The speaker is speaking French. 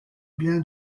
bien